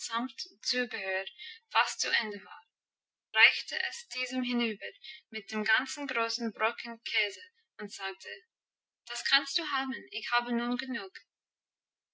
fast zu ende war reichte es diesem hinüber mit dem ganzen großen brocken käse und sagte das kannst du haben ich habe nun genug